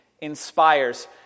inspires